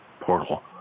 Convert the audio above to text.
portal